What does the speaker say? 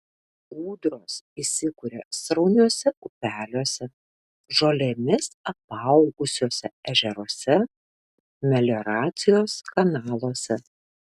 ūdros įsikuria srauniuose upeliuose žolėmis apaugusiuose ežeruose melioracijos kanaluose